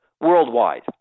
worldwide